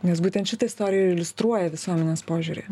nes būtent šita istorija ir iliustruoja visuomenės požiūrį